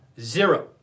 zero